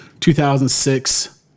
2006